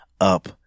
up